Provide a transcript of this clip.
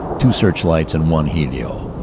two searchlights and one helio,